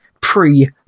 pre